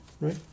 right